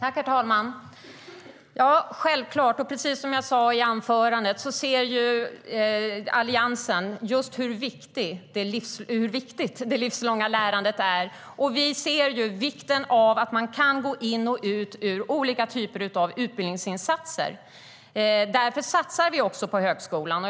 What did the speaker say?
Herr talman! Självklart, och precis som jag sa i mitt anförande, ser Alliansen hur viktigt det livslånga lärandet är. Vi ser vikten av att man kan gå in och ut ur olika typer av utbildningsinsatser. Därför satsar vi också på högskolan.